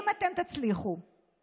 הכינו את הטישיו שם בוועדה.